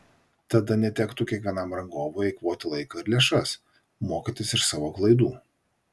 tada netektų kiekvienam rangovui eikvoti laiką ir lėšas mokytis iš savo klaidų